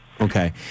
okay